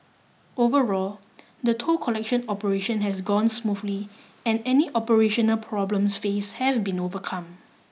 overall the toll collection operation has gone smoothly and any operational problems faced have been overcome